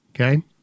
Okay